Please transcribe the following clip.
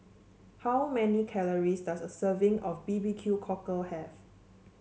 how many calories does a serving of B B Q Cockle have